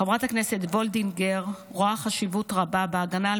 ח"כ וולדיגר רואה חשיבות רבה בהגנה על